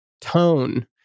tone